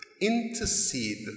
intercede